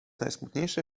najsmutniejsze